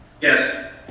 Yes